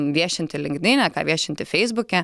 viešinti linkdine ką viešinti feisbuke